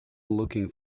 looking